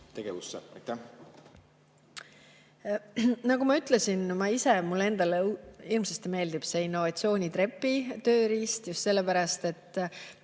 Nagu ma ütlesin, mulle endale hirmsasti meeldib see Innovatsioonitrepi tööriist just sellepärast, et